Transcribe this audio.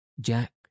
Jack